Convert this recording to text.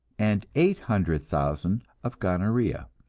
and eight hundred thousand of gonorrhea.